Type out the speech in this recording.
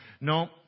No